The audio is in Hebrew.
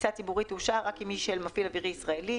"טיסה ציבורית תאושר רק אם היא של מפעיל אווירי ישראלי,